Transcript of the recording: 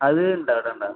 അതുണ്ടാ അവിടെയുണ്ടാ